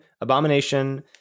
Abomination